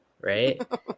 right